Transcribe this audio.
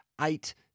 eight